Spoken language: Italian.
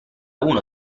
uno